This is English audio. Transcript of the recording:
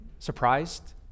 surprised